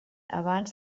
abans